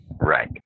Right